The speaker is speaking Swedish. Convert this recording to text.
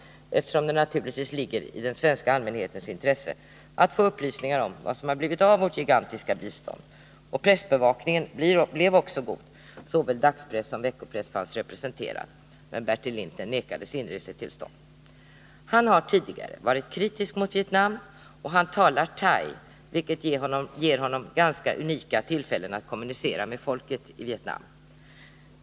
Det ligger naturligtvis i den svenska allmänhetens intresse att få upplysningar om vad det blivit av vårt gigantiska bistånd. Pressbevakningen blev också god. Såväl dagspress som veckopress fanns representerad. Bertil Lintner vägrades emellertid inresetillstånd. Bertil Lintner har tidigare varit kritisk mot Vietnam, och han talar thai, vilket ger honom unika tillfällen att kommunicera med folket i Vietnam.